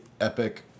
epic